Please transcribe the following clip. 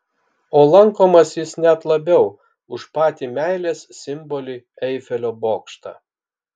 o lankomas jis net labiau už patį meilės simbolį eifelio bokštą